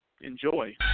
enjoy